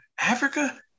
Africa